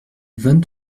vingt